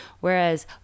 Whereas